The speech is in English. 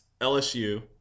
LSU